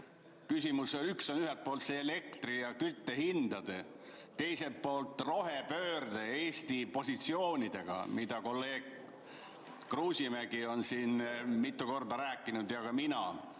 Küsimus on ühelt poolt elektri ja kütte hinnas, teiselt poolt rohepöörde Eesti positsioonides, millest kolleeg Kruusimäe on siin mitu korda rääkinud ja ka mina